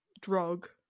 drug